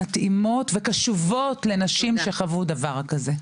מתאימות וקשובות לנשים שחוו דבר כזה.